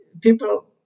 People